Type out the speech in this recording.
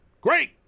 Great